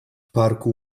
parku